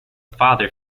father